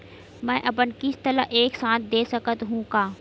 मै अपन किस्त ल एक साथ दे सकत हु का?